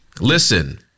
listen